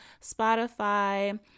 Spotify